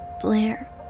Blair